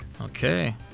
Okay